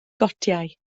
gotiau